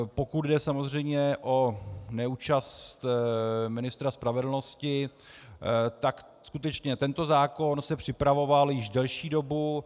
Pokud jde samozřejmě o neúčast ministra spravedlnosti, tak skutečně tento zákon se připravoval již delší dobu.